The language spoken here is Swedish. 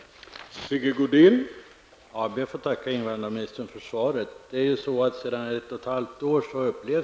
Då Maria Leissner, som framställt frågan, anmält att hon var förhindrad att närvara vid sammanträdet, medgav tredje vice talmannen att